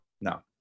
No